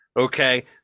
Okay